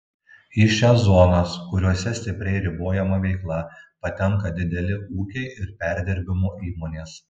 į šias zonas kuriose stipriai ribojama veikla patenka dideli ūkiai ir perdirbimo įmonės